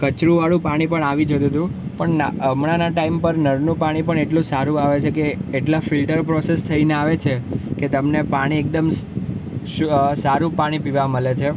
કચરુવાળું પાણી પણ આવી જતુ હતું પણ હમણાંના ટાઈમ પર નળનું પાણી પણ એટલું સારું આવે છે કે એટલા ફિલ્ટર પ્રોસેસ થઈને આવે છે કે તમને પાણી એકદમ સારું પાણી પીવા મળે છે